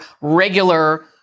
regular